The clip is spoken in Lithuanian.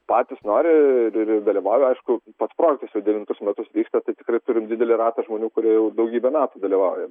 patys nori ir ir dalyvauja aišku pats projektas jau devintus metus vyksta tai tikrai turim didelį ratą žmonių kurie jau daugybę metų dalyvauja